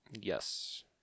Yes